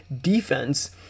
defense